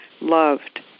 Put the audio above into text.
loved